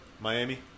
Miami